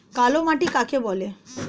কালো মাটি কাকে বলে?